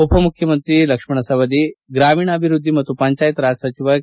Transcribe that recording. ಉಪಮುಖ್ಯಮಂತ್ರಿ ಲಕ್ಷ್ಮಣ ಸವದಿ ಗ್ರಾಮೀಣಾಭಿವೃದ್ಧಿ ಮತ್ತು ಪಂಚಾಯತ್ ರಾಜ್ ಸಚಿವ ಕೆ